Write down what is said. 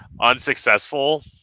unsuccessful